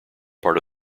part